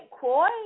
Koi